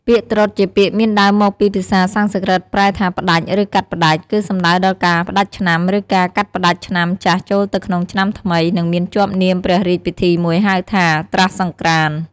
ពាក្យ «ត្រុដិ» ជាពាក្យមានដើមមកពីភាសាសំស្រ្កឹតប្រែថា ផ្តាច់ ឬកាត់ផ្ដាច់ គឺសំដៅដល់ការផ្តាច់ឆ្នាំ ឬការកាត់ផ្ដាច់ឆ្នាំចាស់ចូលទៅក្នុងឆ្នាំថ្មី និងមានជាប់នាមព្រះរាជពិធីមួយ ហៅថា «ត្រស្តិសង្ក្រាន្ត»។